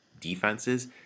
defenses